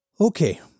Okay